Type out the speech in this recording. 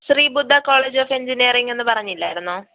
Sree Buddha college of engineering എന്ന് പറഞ്ഞില്ലായിരുന്നോ